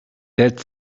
that